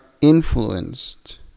influenced